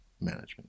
management